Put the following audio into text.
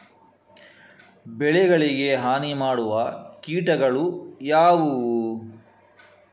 ಬೆಳೆಗಳಿಗೆ ಹಾನಿ ಮಾಡುವ ಕೀಟಗಳು ಯಾವುವು?